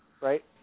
right